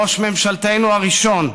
ראש ממשלתנו הראשון,